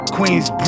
Queen's